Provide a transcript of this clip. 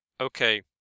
Okay